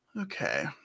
Okay